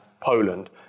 Poland